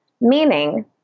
meaning